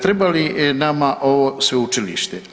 Treba li nama ovo Sveučilište?